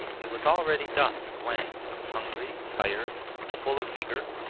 it was already dusk when, hungry, tired, but full of vigour,